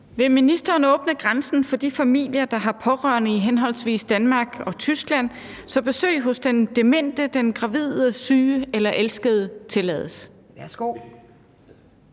Vil ministeren åbne grænsen for de familier, der har pårørende i henholdsvis Danmark og Tyskland, så besøg hos den demente, gravide, syge eller elskede tillades?